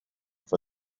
for